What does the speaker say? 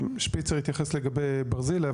ששפיצר יתייחס לגבי ברזילי,